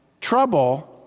trouble